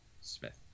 smith